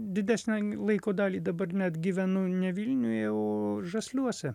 didesnę laiko dalį dabar net gyvenu ne vilniuje o žasliuose